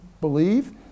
believe